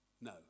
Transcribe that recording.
No